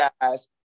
guys